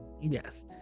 Yes